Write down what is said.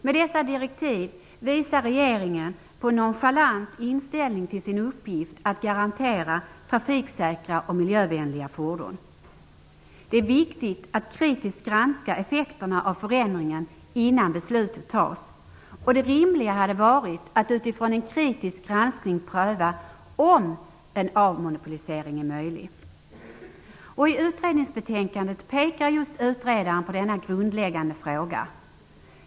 Med dessa direktiv visar regeringen på en nonchalant inställning till sin uppgift att garantera trafiksäkra och miljövänliga fordon. Det är viktigt att kritiskt granska effekterna av förändringen innan beslut fattas, och det rimliga hade varit att utifrån en kritisk granskning pröva om en avmonopolisering är möjlig. I utredningsbetänkandet pekar utredaren just på denna grundläggande fråga.